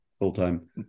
Full-time